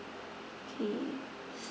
okay